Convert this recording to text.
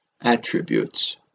attributes